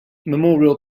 memorial